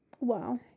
Wow